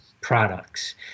products